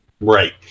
Right